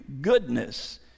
goodness